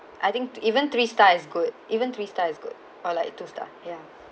I think even three star is good even three star is good or like two star yeah